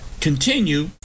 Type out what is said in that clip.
continue